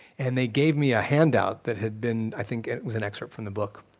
and they gave me a handout that had been, i think it it was an excerpt from the book,